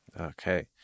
okay